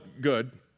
good